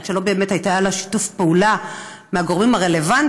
רק שלא באמת היה לה שיתוף פעולה מהגורמים הרלוונטיים,